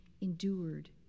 endured